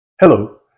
Hello